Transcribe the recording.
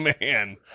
man